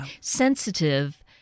sensitive